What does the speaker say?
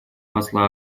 посла